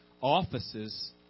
offices